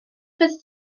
fyddet